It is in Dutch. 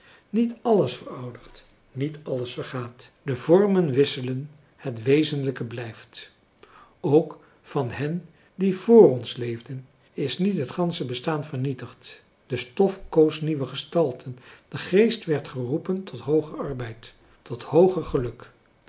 niet alles veroudert niet alles vergaat de vormen wisselen het wezenlijke blijft ook van hen die vr ons leefden is niet het gansche bestaan vernietigd de stof koos nieuwe gestalten de geest werd geroepen tot hooger arbeid tot hooger geluk